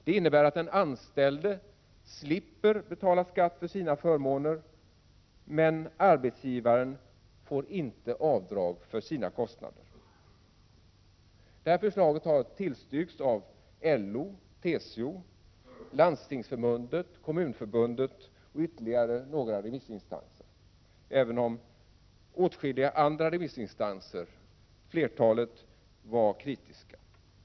Det innebär att den anställde slipper betala skatt för sina förmåner men att arbetsgivaren inte får göra avdrag för sina kostnader. Det här förslaget har tillstyrkts av LO, TCO, Landstingsförbundet, Kommunförbundet och ytterligare några remissinstanser, även om åtskilliga andra remissinstanser var kritiska.